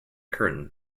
curtain